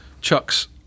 chucks